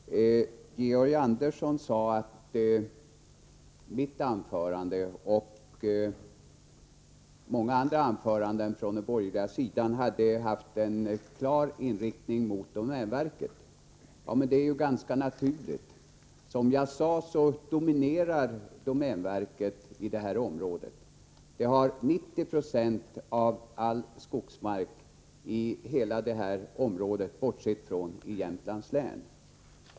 Herr talman! Georg Andersson sade att mitt anförande och många andra anföranden från den borgerliga sidan var riktade mot domänverket. Det är ju ganska naturligt. Som jag sade dominerar domänverket i detta område. Det har 90 96 av all skogsmark i hela detta område, bortsett från Jämtlands län.